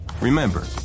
Remember